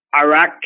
Iraq